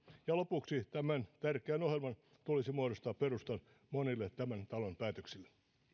ja lopuksi tämän tärkeän ohjelman tulisi muodostaa perusta monille tämän talon päätöksille